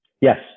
Yes